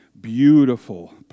beautiful